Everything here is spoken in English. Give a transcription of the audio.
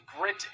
Grit